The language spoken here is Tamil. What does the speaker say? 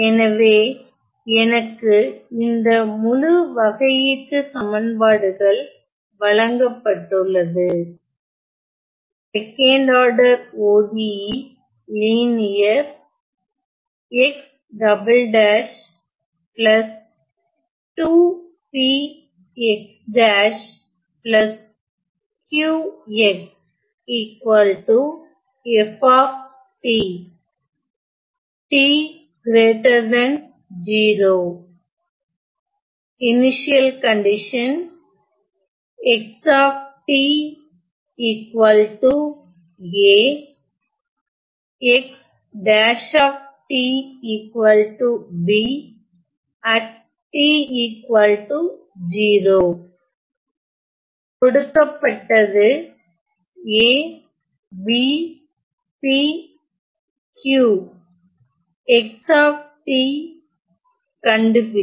எனவே எனக்கு இந்த முழு வகையீட்டுச் சமன்பாடுகள் வழங்கப்பட்டுள்ளது IC x a x' b at t 0 கொடுக்கப்பட்டது a b p q x கண்டுபிடி